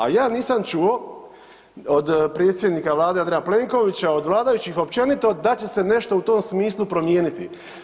A ja nisam čuo od predsjednika Vlade Andreja Plenkovića, od vladajućih općenito da će se nešto u tom smislu promijeniti.